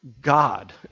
God